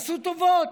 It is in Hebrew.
עשו טובות,